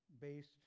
based